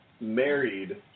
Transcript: married